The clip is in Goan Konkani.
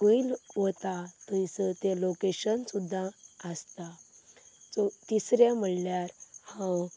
खंय वता थंयसर तें लोकेशन सुद्दां आसता चव तिसरें म्हणल्यार हांव